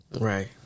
Right